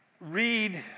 read